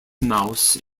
mouse